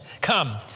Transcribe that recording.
Come